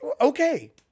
Okay